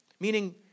meaning